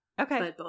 Okay